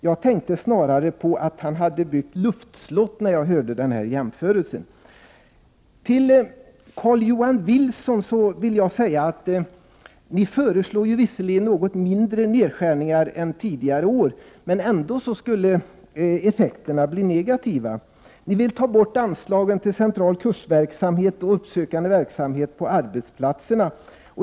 Jag tänkte snarare på att han hade byggt luftslott, när jag hörde denna koppling. Till Carl-Johan Wilson vill jag säga att folkpartiet visserligen föreslår något mindre nedskärningar än tidigare, men effekterna skulle ändå bli negativa. Ni vill ta bort anslagen till central kursverksamhet och uppsökande verksamhet på arbetsplatserna.